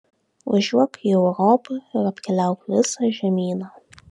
važiuok į europą ir apkeliauk visą žemyną